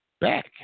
back